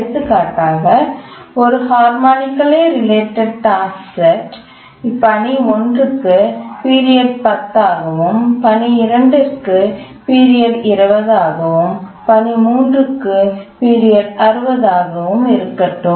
எடுத்துக்காட்டாக ஒரு harmonically related task செட்டில் பணி 1 க்கு பீரியட் 10 ஆகவும் பணி 2 க்கு பீரியட் 20 ஆகவும் பணி 3 க்கு பீரியட் 60 ஆகவும் இருக்கட்டும்